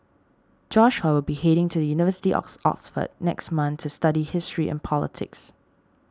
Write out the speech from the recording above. Joshua will be heading to the University of Oxford next month to study history and politics